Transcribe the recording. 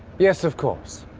yes, of course.